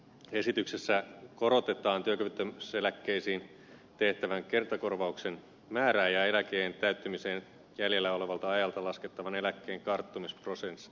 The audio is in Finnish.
esityksessä korotetaan työkyvyttömyyseläkkeisiin tehtävän kertakorvauksen määrää ja eläkeiän täyttymiseen jäljellä olevalta ajalta laskettavan eläkkeen karttumisprosenttia